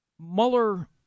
Mueller